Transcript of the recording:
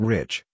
Rich